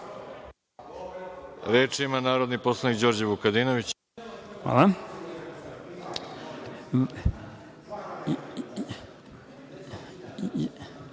Reč ima narodni poslanik Đorđe Vukadinović. Izvolite.